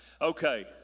okay